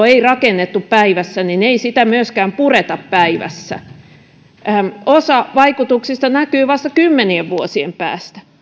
ei rakennettu päivässä niin ei sitä myöskään pureta päivässä osa vaikutuksista näkyy vasta kymmenien vuosien päästä